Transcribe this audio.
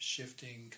shifting